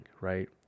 right